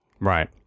Right